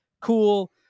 cool